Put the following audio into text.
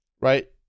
right